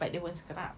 but they won't scrub